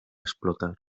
explotar